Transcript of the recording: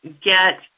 get